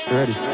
Ready